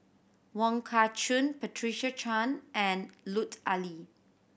Wong Kah Chun Patricia Chan and Lut Ali